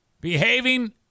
Behaving